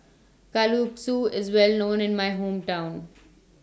Kalguksu IS Well known in My Hometown